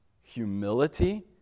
humility